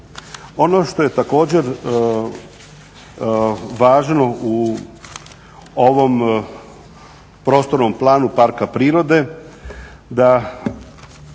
Ono što je također važno u ovom prostornom planu parku prirode da